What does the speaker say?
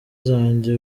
zanjye